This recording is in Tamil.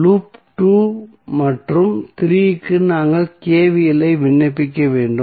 லூப் 2 மற்றும் 3 க்கு நாங்கள் KVL ஐ விண்ணப்பிக்க வேண்டும்